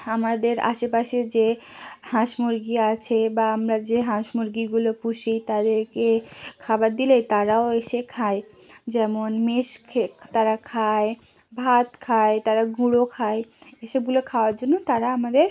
আমাদের আশেপাশে যে হাঁস মুরগি আছে বা আমরা যে হাঁস মুরগিগুলো পুষি তাদেরকে খাবার দিলে তারাও এসে খায় যেমন মেষ খেক তারা খায় ভাত খায় তারা গুঁড়ো খায় এসবগুলো খাওয়ার জন্য তারা আমাদের